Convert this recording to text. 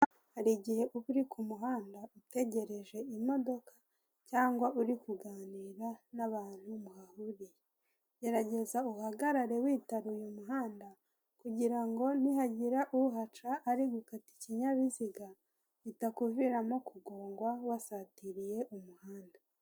Hari igihe uba uri ku muhanda utegereje imodoka cyangwa uri kuganira n'abantu muhahuriye; Gerageza uhagarare witaruye umuhanda, kugirango ngo nihagira uhaca ari gukata ikinyabiziga, bitakuviramo kugongwa wasatiriye umuhanda.